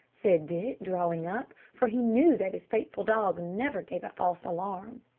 said dick, drawing up, for he knew that his faithful dog never gave a false alarm.